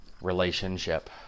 relationship